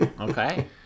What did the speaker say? Okay